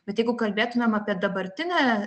bet jeigu kalbėtumėm apie dabartinę